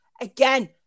Again